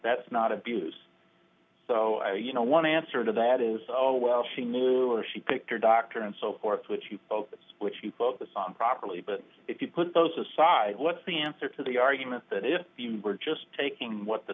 that's not abuse so you know one answer to that is all well she knew or she picked her doctor and so forth which you of which you focus on properly but if you put those aside what's the answer to the argument that if you were just taking what the